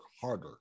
harder